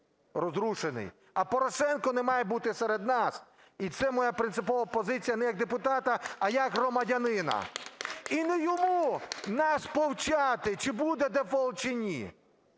а Порошенко не має бути серед нас. І це моя принципова позиція не як депутата, а як громадянина. І не йому нас повчати, чи буде дефолт, чи ні.